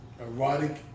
Erotic